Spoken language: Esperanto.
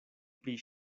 pri